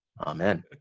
Amen